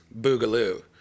Boogaloo